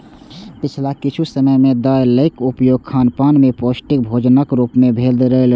पिछला किछु समय सं दलियाक उपयोग खानपान मे पौष्टिक भोजनक रूप मे बढ़लैए